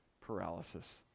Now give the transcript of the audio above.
paralysis